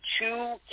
two